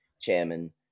chairman